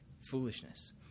foolishness